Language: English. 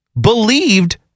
believed